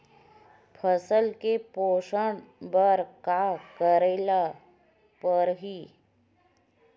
फसल के पोषण बर का करेला पढ़ही?